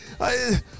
I